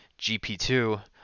gp2